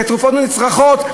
כתרופות נצרכות,